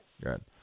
Good